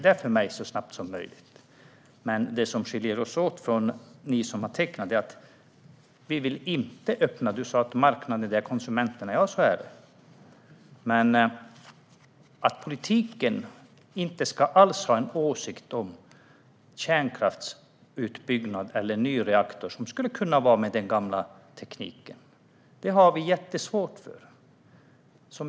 Det är för mig så snabbt som möjligt. Det som skiljer oss från er som är med i uppgörelsen är att vi inte vill öppna för marknaden. Sofia Fölster sa att marknaden är konsumenterna. Ja, så är det. Men att politiken inte alls ska ha en åsikt om kärnkraftsutbyggnad, eller en ny reaktor med gammal teknik, har vi svårt för.